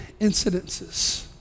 incidences